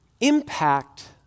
impact